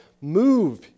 move